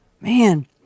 Man